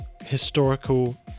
historical